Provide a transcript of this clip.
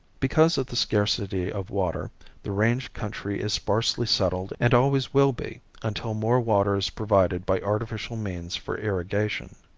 because of the scarcity of water the range country is sparsely settled and always will be until more water is provided by artificial means for irrigation.